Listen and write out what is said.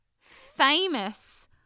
famous